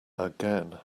again